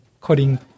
cutting